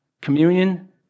Communion